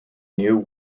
new